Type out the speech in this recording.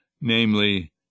namely